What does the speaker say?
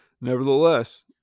Nevertheless